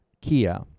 Kia